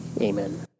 Amen